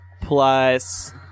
plus